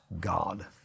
God